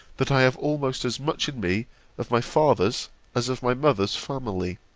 that i have almost as much in me of my father's as of my mother's family.